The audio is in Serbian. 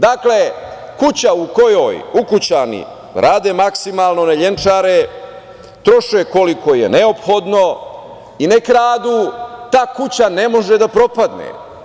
Dakle, kuća u kojoj ukućani rade maksimalno, ne lenčare, troše koliko je neophodno i ne kradu, ta kuća ne može da propadne.